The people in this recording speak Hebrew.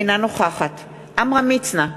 אינה נוכחת עמרם מצנע,